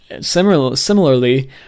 Similarly